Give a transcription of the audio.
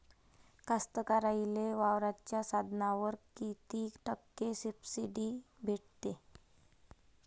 कास्तकाराइले वावराच्या साधनावर कीती टक्के सब्सिडी भेटते?